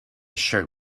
shirt